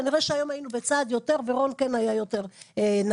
כנראה שהיום היינו צעד קדימה ורון כן היה יותר נגיש.